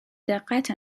دقت